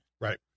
Right